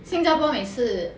新加坡每次